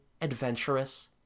adventurous